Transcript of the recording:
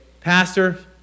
pastor